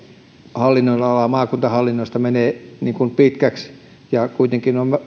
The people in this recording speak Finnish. hallinnonala maakuntahallinnosta menee niin kuin pitkäksi ja kuitenkin on